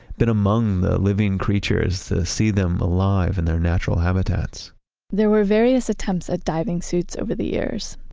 been among the living creatures to see them alive in their natural habitats there were various attempts at diving suits over the years.